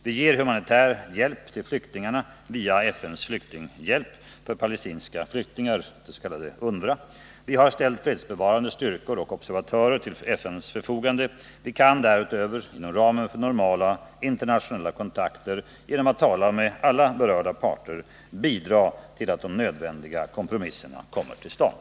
Vi ger humanitär hjälp till flyktingarna via FN:s flyktinghjälp för palestinska flyktingar . Vi har ställt fredsbevarande styrkor och observatörer till FN:s förfogande. Vi kan därutöver, inom ramen för normala internationella kontakter, genom att tala med alla berörda parter bidra till att de nödvändiga kompromisserna kommer till stånd.